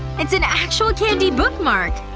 it's an actual candy bookmark!